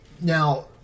Now